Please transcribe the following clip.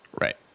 Right